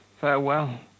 farewell